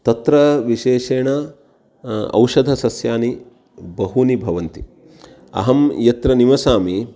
तत्र विशेषेण औषधसस्यानि बहूनि भवन्ति अहं यत्र निवसामि